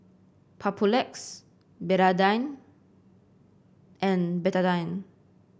Papulex Betadine and Betadine